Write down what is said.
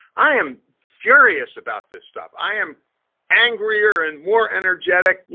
i am furious about this stuff. i am angrier and more energetic. yeah